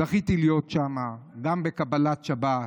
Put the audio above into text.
זכיתי להיות שם גם בקבלת שבת,